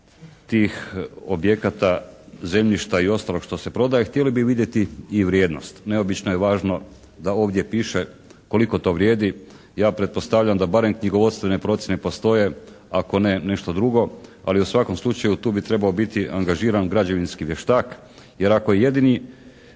tih objekata zemljišta i ostalog što se prodaje, htjeli bi vidjeti i vrijednost. Neobično je važno da ovdje piše koliko to vrijedi. Ja pretpostavljam da barem knjigovodstvene procjene postoje ako ne nešto drugo, ali u svakom slučaju tu bi trebao biti angažiran građevinski vještak, jer ako je jedini